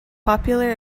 popular